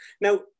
Now